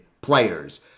players